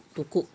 to cook